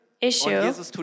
issue